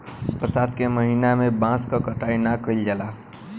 बरसात के महिना में बांस क कटाई ना कइल जाला